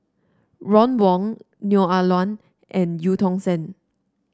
Ron Wong Neo Ah Luan and Eu Tong Sen